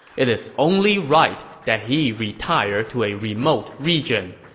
it is only right that he retire to a remote region.